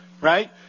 right